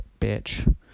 bitch